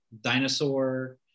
dinosaur